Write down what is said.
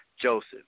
Joseph